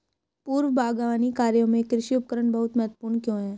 पूर्व बागवानी कार्यों में कृषि उपकरण बहुत महत्वपूर्ण क्यों है?